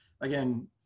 Again